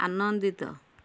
ଆନନ୍ଦିତ